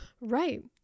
right